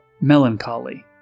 melancholy